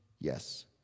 Yes